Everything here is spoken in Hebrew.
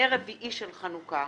נר רביעי של חנוכה.